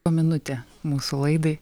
o minutė mūsų laidai